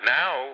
now